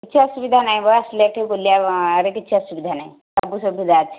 କିଛି ଅସୁବିଧା ନାହିଁ ମ ଆସିଲେ ଏଠି ବୁଲିବା ଆରେ କିଛି ଅସୁବିଧା ନାହିଁ ସବୁ ସୁବିଧା ଅଛି